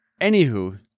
anywho